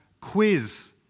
quiz